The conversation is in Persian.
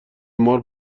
مار